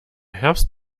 herbst